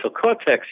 cortex